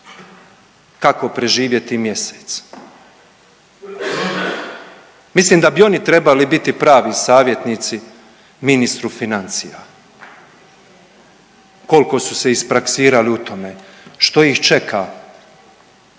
kako preživjeti mjesec. Mislim da bi oni trebali biti pravi savjetnici ministru financija kolko su se ispraksirali u tome. Što ih čeka,